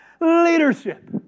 leadership